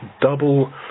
double